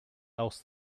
else